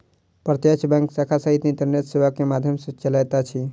प्रत्यक्ष बैंक शाखा रहित इंटरनेट सेवा के माध्यम सॅ चलैत अछि